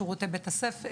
שירותי בתי ספר,